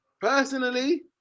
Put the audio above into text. personally